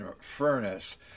furnace